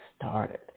started